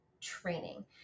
training